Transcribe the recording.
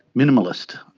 minimalist.